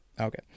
Okay